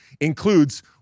includes